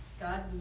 God